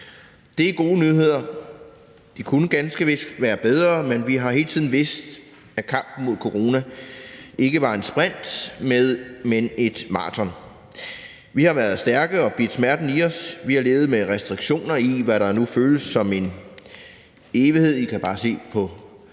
Det er gode nyheder; de kunne ganske vist være bedre, men vi har hele tiden vidst, at kampen mod corona ikke var et sprint, men et maraton. Vi har været stærke og bidt smerten i os; vi har levet med restriktioner i, hvad der nu føles som en evighed – I kan bare se på mit hår,